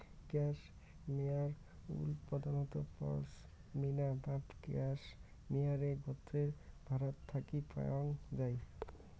cashmere wool প্রধানত পসমিনা বা ক্যাশমেয়ারে গোত্রের ভ্যাড়াত থাকি পাওয়াং যাই